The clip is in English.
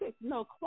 No